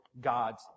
God's